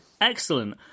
Excellent